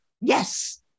Yes